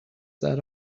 that